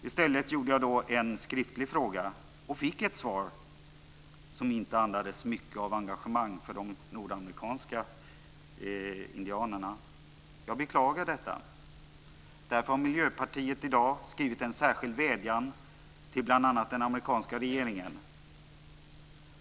I stället ställde jag då en skriftlig fråga och fick ett svar, som inte andades mycket av engagemang för de nordamerikanska indianerna. Jag beklagar detta. Därför har Miljöpartiet i dag skrivit en särskild vädjan till bl.a. den amerikanska regeringen.